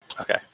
Okay